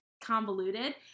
convoluted